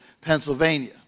Pennsylvania